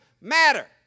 matter